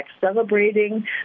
celebrating